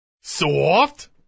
soft